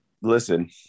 listen